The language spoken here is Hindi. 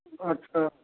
अच्छा